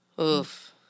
Oof